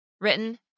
Written